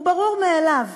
הוא ברור מאליו.